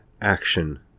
action